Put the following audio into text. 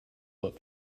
but